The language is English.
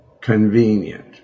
convenient